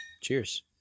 Cheers